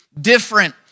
Different